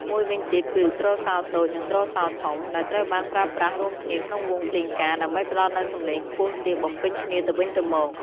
មួយវិញទៀតគឺ ទ្រសោតូច និង ទ្រសោធំ ដែលត្រូវបានប្រើប្រាស់រួមគ្នាក្នុងវង់ភ្លេងការ ដើម្បីផ្តល់នូវសំឡេងខ្ពស់ទាបបំពេញគ្នាទៅវិញទៅមក។